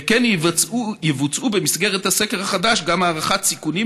וכן יבוצעו במסגרת הסקר החדש גם הערכות סיכונים,